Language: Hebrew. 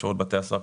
שירות בתי הסוהר,